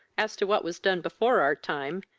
as to what was done before our time,